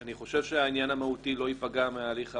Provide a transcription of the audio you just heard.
אני חושב שהעניין המהותי לא ייפגע מההליך הפרוצדורלי.